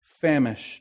famished